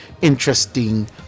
interesting